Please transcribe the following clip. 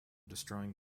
destroying